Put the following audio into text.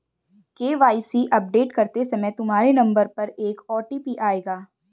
KYC update करते समय तुम्हारे नंबर पर एक ओ.टी.पी आएगा